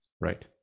Right